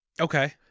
Okay